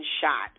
shot